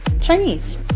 Chinese